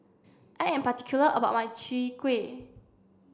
I am particular about my Chwee Kueh